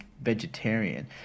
vegetarian